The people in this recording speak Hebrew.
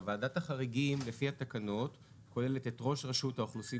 ועדת החריגים לפי התקנות כוללת את ראש רשות האוכלוסין